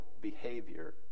behavior